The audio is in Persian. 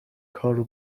کارو